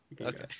Okay